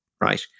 right